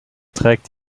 trägt